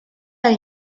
del